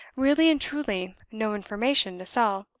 really and truly no information to sell.